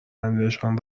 آیندهشان